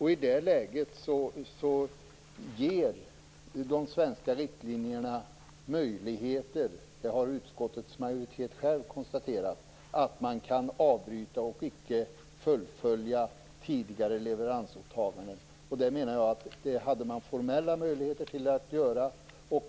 I det läget ger de svenska riktlinjerna möjligheter - det har utskottets majoritet själv konstaterat - att avbryta och icke fullfölja tidigare leveransåtaganden. Det menar jag att man hade formella möjligheter att göra.